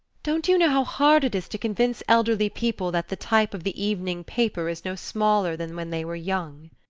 don't you know how hard it is to convince elderly people that the type of the evening paper is no smaller than when they were young?